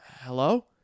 Hello